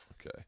Okay